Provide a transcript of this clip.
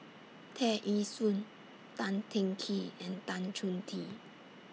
Tear Ee Soon Tan Teng Kee and Tan Chong Tee